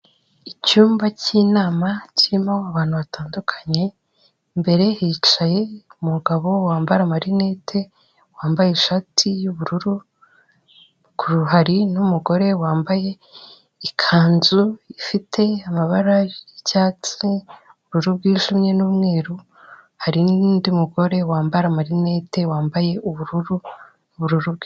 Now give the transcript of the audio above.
Icyumba cy'inama kirimo abantu batandukanye, imbere hicaye umugabo wambara amarinete, wambaye ishati y'ubururu, hari n'umugore wambaye ikanzu ifite amabara y'icyatsi, ubururu bwijimye n'umweru, hari n'undi mugore wambara amarinete, wambaye ubururu